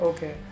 Okay